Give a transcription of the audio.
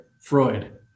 Freud